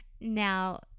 Now